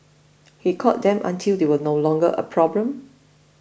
he caught them until they were no longer a problem